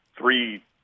three